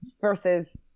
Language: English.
versus